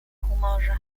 humorze